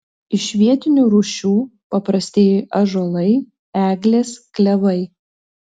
iš vietinių rūšių paprastieji ąžuolai eglės klevai